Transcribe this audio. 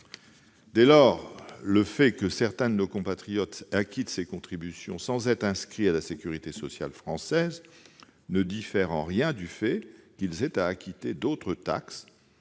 Dès lors, le fait que certains de nos compatriotes acquittent ces contributions sans être inscrits à la sécurité sociale française ne diffère en rien du fait qu'ils aient à acquitter d'autres taxes